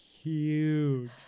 huge